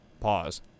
Pause